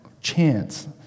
chance